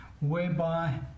whereby